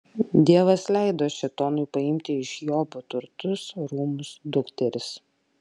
dievas leido šėtonui paimti iš jobo turtus rūmus dukteris